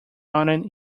counted